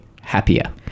happier